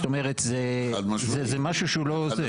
זאת אומרת, זה משהו שהוא לא זה.